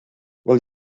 will